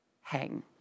hang